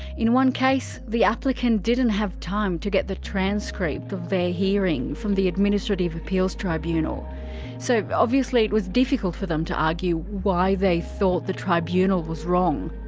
in one case, the applicant didn't have time to get the transcript of their hearing from the administrative appeals tribunal so obviously it was difficult for them to argue why they thought the tribunal was wrong.